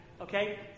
okay